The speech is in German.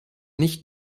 nicht